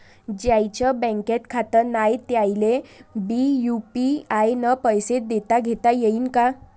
ज्याईचं बँकेत खातं नाय त्याईले बी यू.पी.आय न पैसे देताघेता येईन काय?